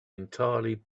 entirely